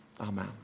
Amen